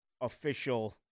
official